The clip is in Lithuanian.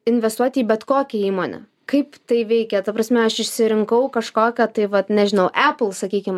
investuoti į bet kokią įmonę kaip tai veikia ta prasme aš išsirinkau kažkokią tai vat nežinau apple sakykim